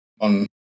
on